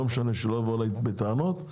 שלא יבואו אליי בטענות,